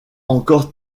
encore